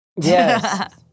yes